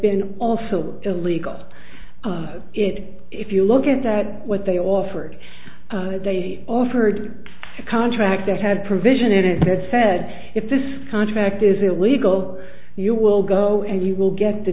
been also illegal of it if you look at that what they offered they offered a contract that had provision in it said said if this contract is illegal you will go and you will get the